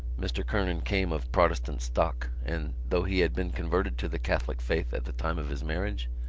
mr. kernan came of protestant stock and, though he had been converted to the catholic faith at the time of his marriage,